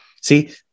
See